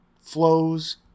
flows